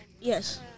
Yes